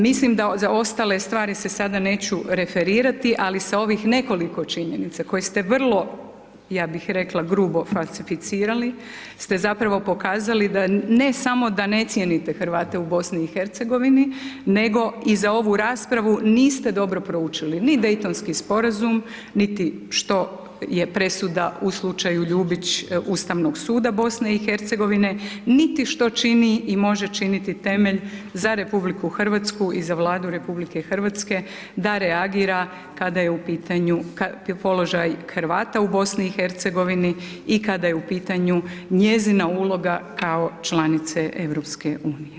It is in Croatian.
Mislim da za ostale stvari se sada neću referirati ali sa ovih nekoliko činjenica koje ste vrlo ja bih rekla grubo falsificirali ste zapravo pokazali da ne samo da ne cijenite Hrvate u BiH nego i za ovu raspravu niste dobro proučili ni Daytonski sporazum niti što je presuda u slučaju Ljubić Ustavnog suda BiH, niti što čini i može činiti temelj za RH i Vladu RH da reagira kada je u pitanju položaj Hrvata u BiH i kada je u pitanju njezina uloga kao članice EU.